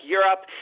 Europe